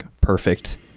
perfect